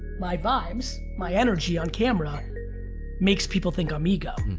my vibes, my energy on camera makes people think i'm ego.